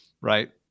right